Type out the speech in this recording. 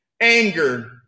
Anger